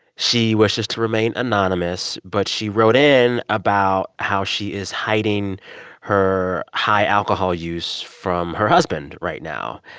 she wishes to remain anonymous, but she wrote in about how she is hiding her high alcohol use from her husband right now.